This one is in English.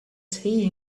tea